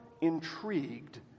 intrigued